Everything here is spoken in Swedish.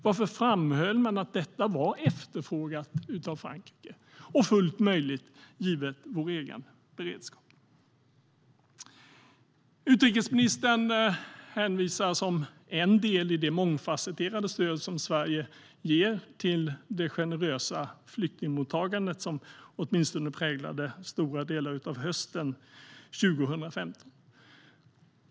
Varför framhöll man att detta var efterfrågat av Frankrike och fullt möjligt, givet vår egen beredskap? Utrikesministern hänvisar, som en del i det mångfasetterade stöd som Sverige ger, till det generösa flyktingmottagandet som åtminstone präglade stora delar av hösten 2015.